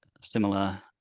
similar